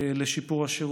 לשיפור השירות.